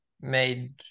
made